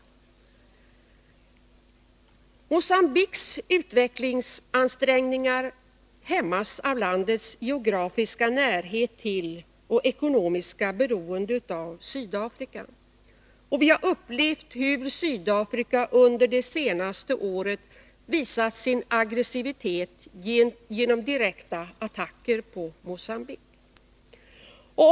Mogambiques utvecklingsansträngningar hämmas av landets geografiska närhet till och ekonomiska beroende av Sydafrika. Vi har upplevt hur Sydafrika under det senaste året visat sin aggressivitet genom direkta attacker mot Mogambique.